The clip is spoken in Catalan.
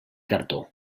cartó